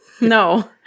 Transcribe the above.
No